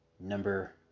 Number